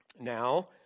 Now